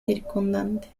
circundantes